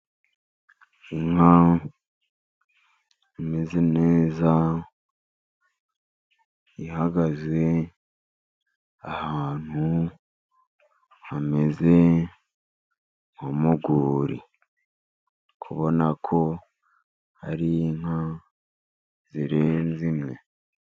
Inka imeze neza. Ihagaze ahantu hameze nko mu rwuri, uri kubona ko hari inka zirenze imwe.